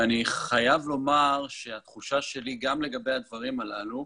אני חייב לומר שהתחושה שלי, גם לגבי הדברים הללו,